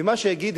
ומה שיגיד,